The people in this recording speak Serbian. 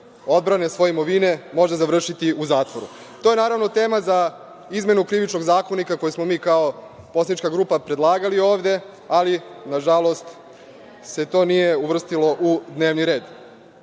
odbrane svoje imovine, možda, završiti u zatvoru. To je tema za izmenu Krivičnog zakonika koji smo mi kao poslanička grupa predlagali ovde, ali, nažalost, se to nije uvrstilo u dnevni red. Još